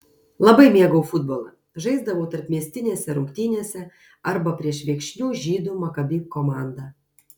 labai mėgau futbolą žaisdavau tarpmiestinėse rungtynėse arba prieš viekšnių žydų makabi komandą